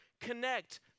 connect